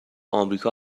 امریکا